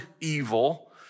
evil